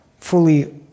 fully